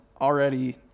already